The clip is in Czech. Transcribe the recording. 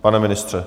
Pane ministře?